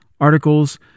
articles